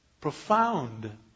profound